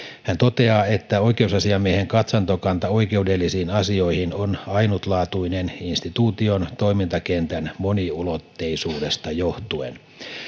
hän toteaa että oikeusasiamiehen katsantokanta oikeudellisiin asioihin on ainutlaatuinen instituution toimintakentän moniulotteisuudesta joh tuen